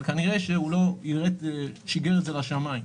אבל כנראה שהוא לא יירט ושיגר את זה לשמיים.